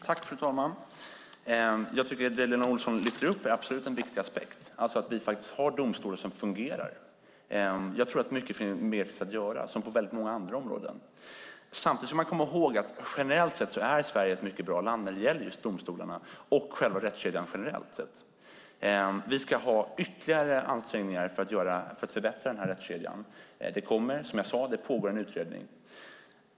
Fru talman! Jag tycker att det som Lena Olsson lyfter upp absolut är en viktig aspekt, att vi faktiskt har domstolar som fungerar. Jag tror att mycket mer finns att göra, som på väldigt många andra områden. Samtidigt ska man komma ihåg att generellt sett är Sverige ett mycket bra land när det gäller just domstolarna och själva rättskedjan generellt sett. Vi ska göra ytterligare ansträngningar för att förbättra den här rättskedjan. Det pågår, som jag sade, en utredning.